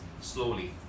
slowly